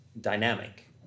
dynamic